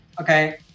Okay